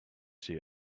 see